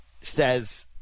says